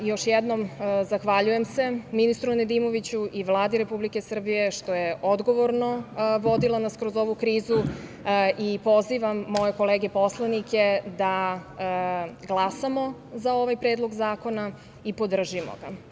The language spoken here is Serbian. Još jednom, zahvaljujem se ministru Nedimoviću i Vladi Republike Srbije što je odgovorno vodila nas kroz ovu krizu i pozivam moje kolege poslanike da glasamo za ovaj predlog zakona i podržimo ga.